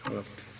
Hvala.